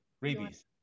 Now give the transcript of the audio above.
Rabies